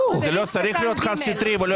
זה לא צריך להיות חד סטרי.